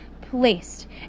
placed